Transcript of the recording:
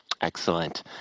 Excellent